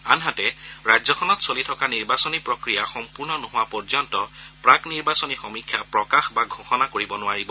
আনহাতে ৰাজ্যখনত চলি থকা নিৰ্বাচনী প্ৰক্ৰিয়া সম্পূৰ্ণ নোহোৱা পৰ্য্যন্ত প্ৰাক নিৰ্বাচনী সমীক্ষা প্ৰকাশ ঘোষণা কৰিব নোৱাৰিব